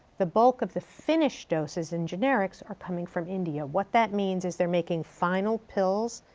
the bulk of the finished doses in generics are coming from india. what that means is they're making final pills,